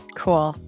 cool